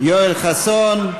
יואל חסון,